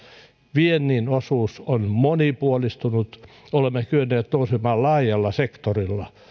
viennin osuus on monipuolistunut olemme kyenneet nousemaan laajalla sektorilla